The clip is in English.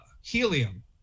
Helium